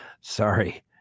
Sorry